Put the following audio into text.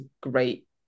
great